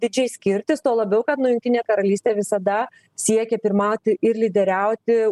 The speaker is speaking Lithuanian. didžiai skirtis tuo labiau kad nu jungtinė karalystė visada siekia pirmauti ir lyderiauti